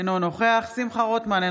אינו נוכח שמחה רוטמן,